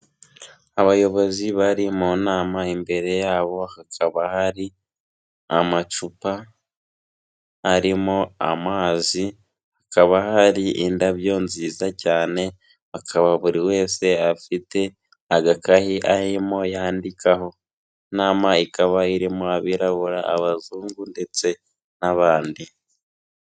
Abayobozi bari mu nama, imbere yabo hakaba hari amacupa arimo amazi, hakaba hari indabyo nziza cyane, bakaba buri wese afite agakayi arimo yandikaho, inama ikaba irimo abirabura, abazungu ndetse n'abandi.